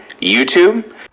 youtube